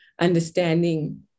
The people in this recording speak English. understanding